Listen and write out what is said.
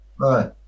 right